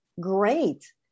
great